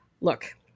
look